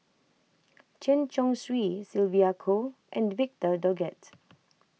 Chen Chong Swee Sylvia Kho and Victor Doggett